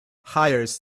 hires